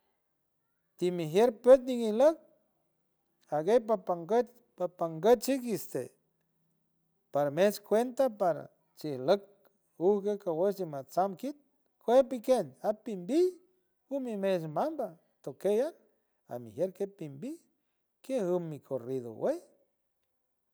Timigiertput inilot aguerpapanguerd papanguerdshigui estede para meshcuentapara shiiloit uuguelcagaj matsantkith capikiendt apinbi unimeshmanba toqueya amiguielkeit timbi kimiunicuruiduguey.